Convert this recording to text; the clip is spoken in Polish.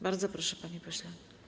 Bardzo proszę, panie pośle.